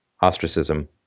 ostracism